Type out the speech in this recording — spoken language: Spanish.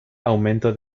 aumento